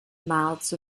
mouth